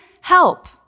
help